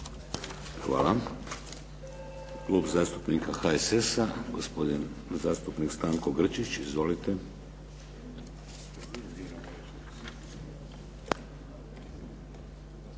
Hvala. Klub zastupnika HSS-a, gospodin zastupnik Stanko Grčić. Izvolite.